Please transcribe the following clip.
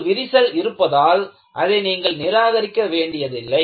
ஒரு விரிசல் இருப்பதால் அதை நீங்கள் நிராகரிக்க வேண்டியதில்லை